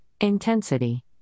Intensity